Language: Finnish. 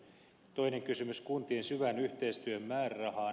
toinen kysymys kuntien syvän yhteistyön määrärahaan